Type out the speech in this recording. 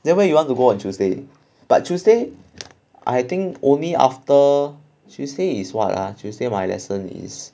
then when you want to go on tuesday but tuesday I think only after tuesday is what ah tuesday my lesson is